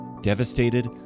devastated